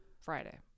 Friday